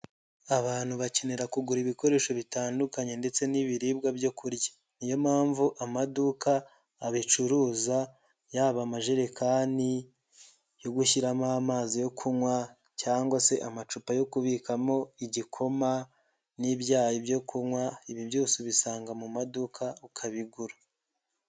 Abantu bakenera kugura ibikoresho bitandukanye ndetse n'ibiribwa byo kurya. Niyo mpamvu amaduka abicuruza, yaba amajerekani yo gushyiramo amazi yo kunywa, cyangwa se amacupa yo kubikamo igikoma n'ibyayi byo kunywa, ibi byose ubisanga mu maduka ukabigura.